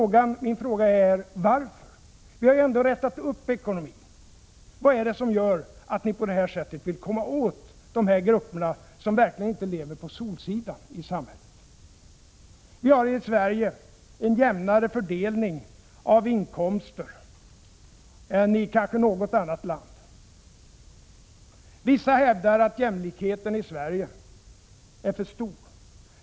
Min fråga är: Varför? Vi har ändå rätat upp ekonomin. Vad är det som gör att ni vill komma åt de här grupperna, som verkligen inte lever på solsidan i samhället? Vi har i Sverige en jämnare fördelning av inkomster än i kanske något annat land. Vissa hävdar att jämlikheten i Sverige är för stor.